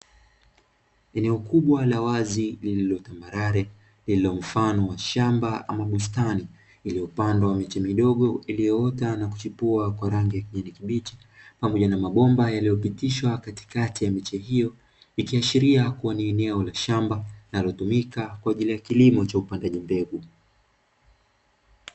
Eneo kubwa la wazi lililotambarare lililomfano wa shamba ama bustani iliyopandwa miche midogo iliyoota na kuchipua kwa rangi ya kijani kibichi, pamoja na mabomba yaliyopitishwa katikati ya miche hiyo; ikiashiria kuwa ni eneo la shamba linalotumika, kwa ajili ya kilimo cha upandaji mbegu.